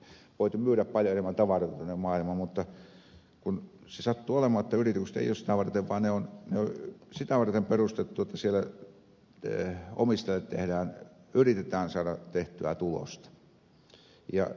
mutta kun se sattuu olemaan että yritykset eivät ole sitä varten vaan ne on sitä varten perustettu jotta siellä omistajille yritetään saada tehtyä tulosta